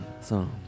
song